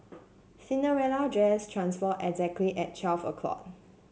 Cinderella dress transformed exactly at twelve o'clock